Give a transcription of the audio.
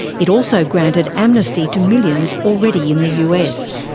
it also granted amnesty to millions already in the us.